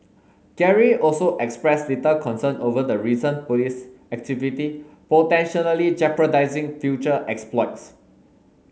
Gary also expressed little concern over the recent police activity potentially jeopardising future exploits